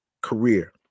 career